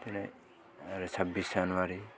ओमफ्राय आरो साब्बिच जानुवारि